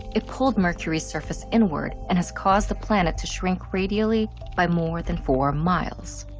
it pulled mercury's surface inward, and has caused the planet to shrink radially by more than four miles.